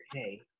Okay